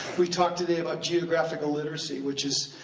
we talked today about geographical literacy, which is,